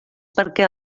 perquè